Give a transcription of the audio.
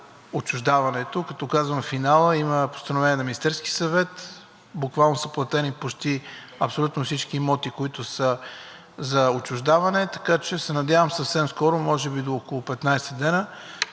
отчуждаването. Като казвам – на финала, има постановление на Министерския съвет, буквално са платени почти абсолютно всички имоти, които са за отчуждаване, така че се надявам съвсем скоро, може би до около 15 дена,